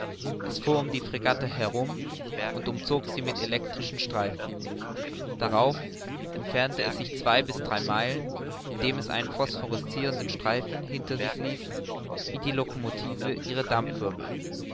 es fuhr um die fregatte herum und umzog sie mit elektrischen streifen darauf entfernte es sich zwei bis drei meilen indem es einen phosphorescirenden streifen hinter sich ließ wie die locomotive ihre